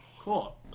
Cool